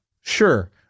Sure